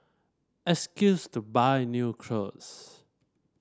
excuse to buy new clothes